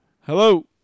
Hello